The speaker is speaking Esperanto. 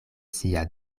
sia